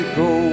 go